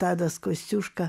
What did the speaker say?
tadas kosciuška